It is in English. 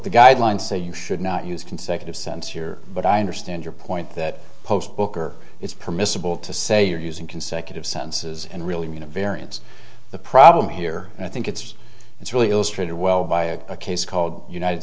the guidelines say you should not use consecutive cents here but i understand your point that post booker it's permissible to say you're using consecutive sentences and really mean a variance the problem here and i think it's it's really illustrated well by a case called united